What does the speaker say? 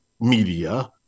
media